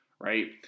right